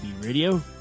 Radio